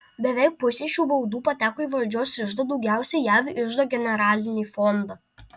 beveik pusė šių baudų pateko į valdžios iždą daugiausiai jav iždo generalinį fondą